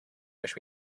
wish